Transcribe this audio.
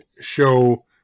show